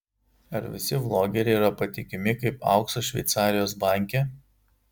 ar visi vlogeriai yra patikimi kaip auksas šveicarijos banke